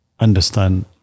understand